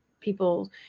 people